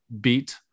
beat